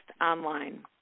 online